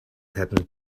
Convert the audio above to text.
happened